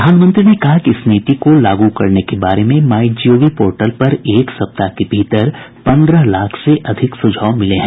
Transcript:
प्रधानमंत्री ने कहा कि इस नीति को लागू करने के बारे में माई जीओवी पोर्टल पर एक सप्ताह के भीतर पन्द्रह लाख से अधिक सुझाव मिले हैं